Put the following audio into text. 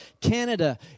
Canada